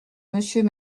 monsieur